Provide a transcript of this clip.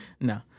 No